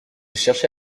cherché